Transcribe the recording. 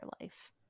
life